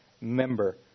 member